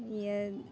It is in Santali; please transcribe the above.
ᱤᱭᱟᱹ